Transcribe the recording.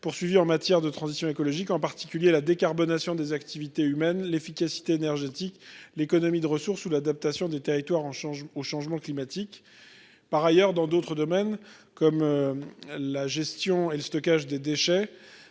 poursuivis en matière de transition écologique, en particulier la décarbonation des activités humaines, l'efficacité énergétique. L'économie de ressources ou l'adaptation des territoires en charge au changement climatique. Par ailleurs, dans d'autres domaines comme. La gestion et le stockage des déchets.